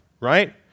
right